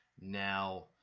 Now